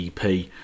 ep